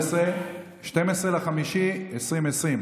12 במאי 2020,